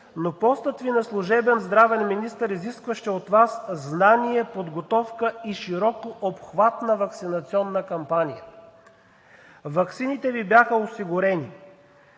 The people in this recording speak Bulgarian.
но постът Ви на служебен здравен министър изискваше от Вас знание, подготовка и широкообхватна ваксинационна кампания. Ваксините Ви бяха осигурени.